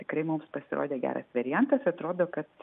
tikrai mums pasirodė geras variantas atrodo kad